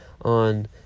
on